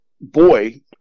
boy